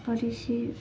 Paris